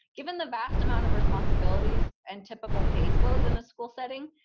given the vast amount of responsibilities and typical caseloads in the school setting,